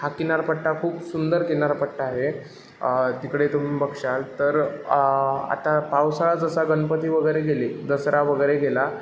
हा किनारपट्टा खूप सुंदर किनारपट्टा आहे तिकडे तुम्ही बघशाल तर आता पावसाळा जसा गणपती वगैरे गेले दसरा वगैरे गेला